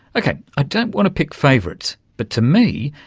ok, i don't want to pick favourites, but to me,